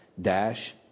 dash